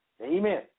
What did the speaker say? Amen